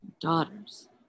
Daughters